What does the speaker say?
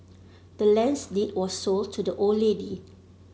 the land's deed was sold to the old lady